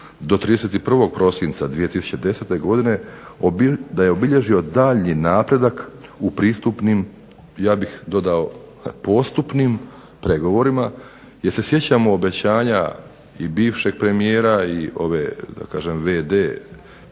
do 31. prosinca 2010. godine, da je obilježio daljnji napredak u pristupnim, ja bih dodao u postupnim pregovorima, jer se sjećamo obećanja bivšeg premijera i ove da kažem vd